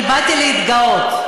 באתי להתגאות.